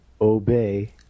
Obey